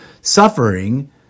suffering